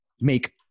make